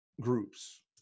groups